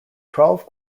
twelve